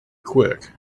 quick